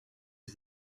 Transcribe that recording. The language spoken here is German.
ich